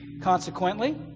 Consequently